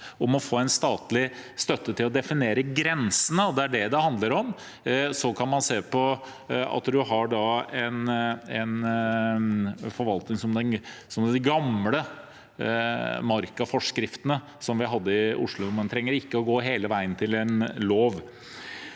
om å få statlig støtte til å definere grensene. Det er det det handler om. Så kan man se på om man kan ha en forvaltning som med de gamle markaforskriftene vi hadde i Oslo. Man trenger ikke å gå hele veien til en lov.